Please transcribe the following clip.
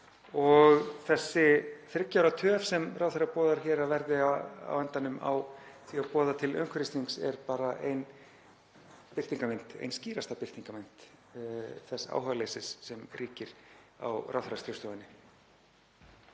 Þessi þriggja ára töf sem ráðherra boðar hér að verði á endanum á því að boða til umhverfisþings er bara ein skýrasta birtingarmynd þess áhugaleysis sem ríkir á ráðherraskrifstofunni.